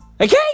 Okay